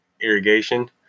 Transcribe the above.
irrigation